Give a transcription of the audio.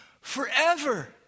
forever